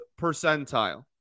percentile